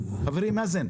חברי מאזן,